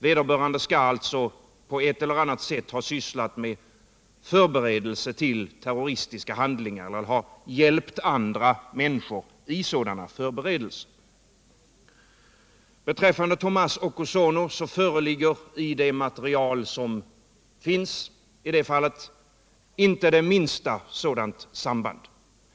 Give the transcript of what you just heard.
Vederbörande skall alltså på ett eller annat sätt ha sysslat med förberedelser för terroristiska handlingar eller ha hjälpt andra människor i sådana förberedelser. Beträffande Tomas Okusono föreligger i det material som finns i det fallet inte det minsta sådant samband.